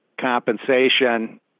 compensation